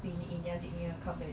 been in their zip in the cupboard